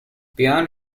beyond